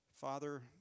Father